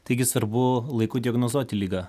taigi svarbu laiku diagnozuoti ligą